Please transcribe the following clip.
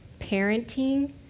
parenting